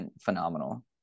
phenomenal